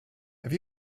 have